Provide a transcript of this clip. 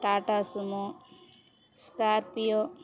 Tata sumo scorpio